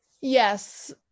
Yes